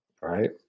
Right